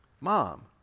Mom